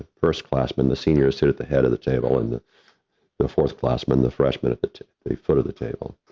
first-class men, the seniors sit at the head of the table, and the the fourth-class men, the freshmen at the the foot of the table,